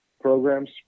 programs